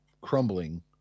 crumbling